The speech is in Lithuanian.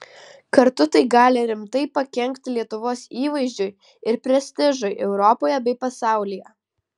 kartu tai gali rimtai pakenkti lietuvos įvaizdžiui ir prestižui europoje bei pasaulyje